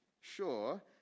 Sure